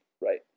Right